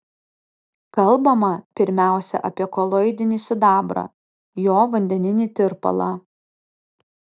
kalbama pirmiausia apie koloidinį sidabrą jo vandeninį tirpalą